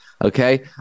Okay